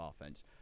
offense